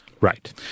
Right